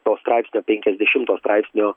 to straipsnio penkiasdešimto straipsnio